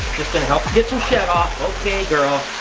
just gonna help you get some shed off, okay girl.